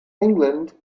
england